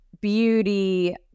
beauty